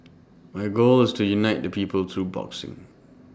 my goal is to unite the people through boxing